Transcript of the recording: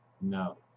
No